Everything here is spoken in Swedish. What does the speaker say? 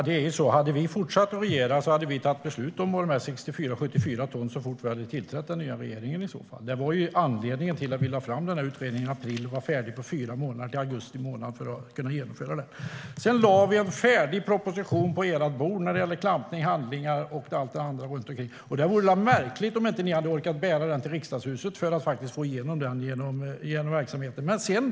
Herr talman! Hade vi fått fortsätta regera hade vi tagit beslut om de 64 och 74 tonnen så fort vi hade tillträtt. Anledningen till att vi lade fram utredningen i april och att den blev färdig på fyra månader, till augusti månad, var att vi skulle kunna genomföra det här. Sedan lade vi en färdig proposition på ert bord om klampning, handlingar med mera. Det hade väl varit märkligt om ni inte hade orkat bära den till Riksdagshuset för att få igenom den här.